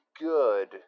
good